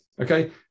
Okay